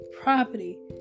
property